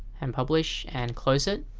and publish and close it